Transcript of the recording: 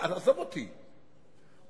עזוב אותי,